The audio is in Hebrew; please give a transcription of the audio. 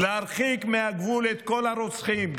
להרחיק מהגבול את כל הרוצחים,